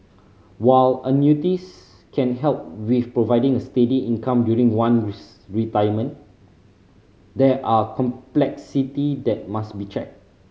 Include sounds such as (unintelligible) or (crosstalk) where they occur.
while annuities can help with providing a steady income during one (unintelligible) retirement there are complexity that must be checked